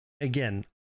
again